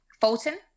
Fulton